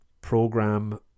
program